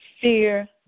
fear